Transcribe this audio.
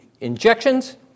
injections